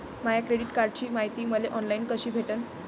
माया credit कार्डची मायती मले ऑनलाईन कसी भेटन?